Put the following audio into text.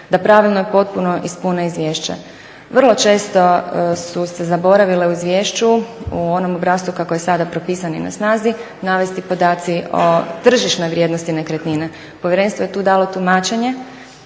da pravilo i potpuno ispune izvješće. Vrlo često su se zaboravile u izvješću, u onom obrascu kako je sada propisan na snazi, navesti podaci o tržišnoj vrijednosti nekretnine. Povjerenstvo je tu dalo tumačenje